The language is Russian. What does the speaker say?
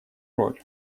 роль